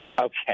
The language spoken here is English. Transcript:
Okay